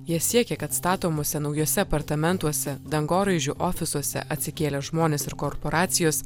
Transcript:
jie siekia kad statomuose naujuose apartamentuose dangoraižių ofisuose atsikėlę žmonės ir korporacijos